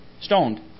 stoned